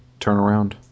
turnaround